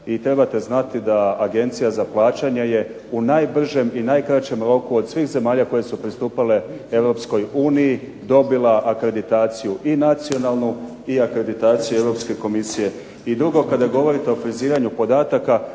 I trebate znati da Agencija za plaćanje je u najbržem i najkraćem roku od svih zemalja koje su pristupale Europskoj uniji dobile akreditaciju i nacionalnu i akreditaciju Europske komisije. I drugo, kada govorite o friziranju podataka